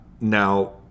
Now